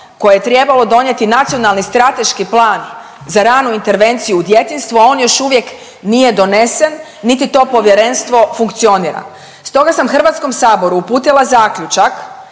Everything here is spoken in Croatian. koje je trebalo donijeti Nacionalni strateški plan za ranu intervenciju u djetinjstvu, a on još uvijek nije donesen niti to povjerenstvo funkcionira. Stoga sam Hrvatskom saboru uputila zaključak